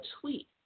tweet